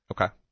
Okay